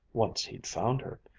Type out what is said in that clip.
once he'd found her.